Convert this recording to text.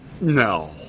No